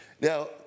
Now